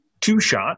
two-shot